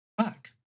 fuck